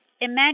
imagine